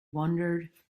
wondered